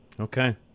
Okay